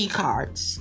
cards